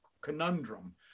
conundrum